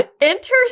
Enter